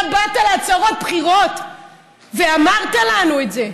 אתה באת לעצרות בחירות ואמרת לנו את זה.